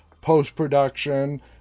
post-production